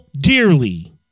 dearly